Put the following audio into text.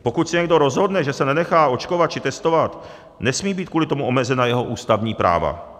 Pokud se někdo rozhodne, že se nenechá očkovat či testovat, nesmí být kvůli tomu omezena jeho ústavní práva.